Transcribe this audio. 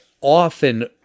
often